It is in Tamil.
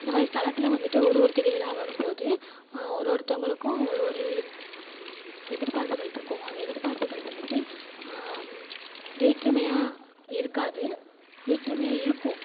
இந்த மாதிரி ஸ்தலத்தில் வந்துட்டு ஒரு ஒரு திருவிழா வரும்போது ஒரு ஒருத்தவங்களுக்கும் ஒரு ஒரு எதிர்பார்ப்புகள் இருக்கும் அந்த எதிர்பார்ப்புகள் வந்துட்டு வேற்றுமையாக இருக்காது வேற்றுமையாக இருக்கும்